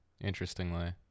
interestingly